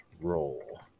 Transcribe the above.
roll